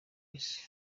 isi